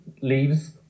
leaves